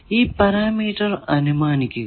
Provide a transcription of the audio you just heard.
ഈ പാരാമീറ്റർ അനുമാനിക്കുക